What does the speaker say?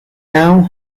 now